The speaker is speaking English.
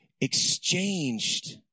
exchanged